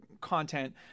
content